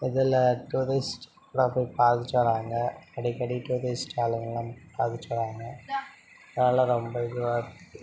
இதில் டூரிஸ்ட்யெலாம் போய் பார்த்துட்டு வராங்க அடிக்கடி டூரிஸ்ட் ஆளுங்கெலாம் பார்த்துட்டு வராங்க அதெல்லாம் ரொம்ப இதுவாக இருக்குது